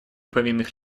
повинных